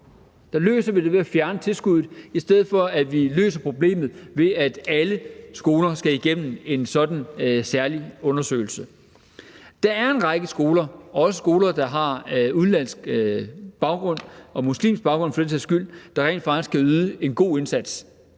problemerne ved at fjerne tilskuddet, i stedet for at vi løser problemet, ved at alle skoler skal igennem en sådan særlig undersøgelse. Der er en række skoler, også skoler, der har udenlandsk baggrund eller muslimsk baggrund for den sags skyld, der rent faktisk kan yde en god indsats.